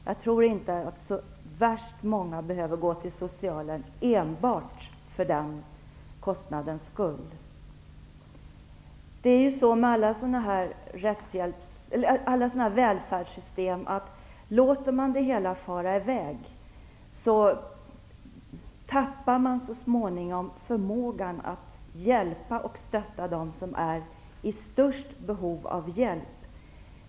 Jag tror inte att det är så värst många som behöver gå till socialen enbart för den kostnadens skull. Det är ju så med alla välfärdssystem att om man låter det hela fara i väg, tappar man så småningom förmågan att hjälpa och stötta dem som är i störst behov av hjälp.